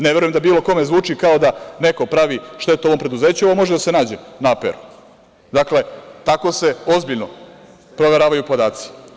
Ne verujem da bilo kome zvuči kao da neko pravi štetu ovom preduzeću, a može da se nađe na APR. Dakle, tako se ozbiljno proveravaju podaci.